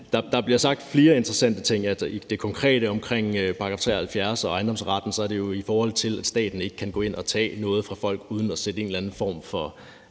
Der bliver sagt flere interessante ting. I forhold til det konkrete omkring § 73 og ejendomsretten er det jo i forhold til, at staten ikke kan gå ind og tage noget fra folk uden at sætte en eller anden form for